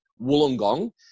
Wollongong